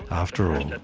after all